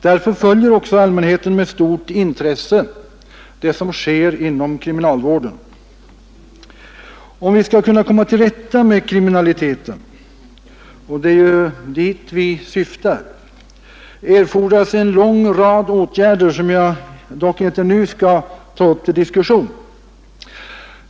Därför följer också allmänheten med stort intresse det som sker inom kriminalvården. Om vi skall kunna komma till rätta med kriminaliteten — och det är ju dit vi syftar — erfordras en lång rad åtgärder, som jag dock inte nu skall ta upp till diskussion.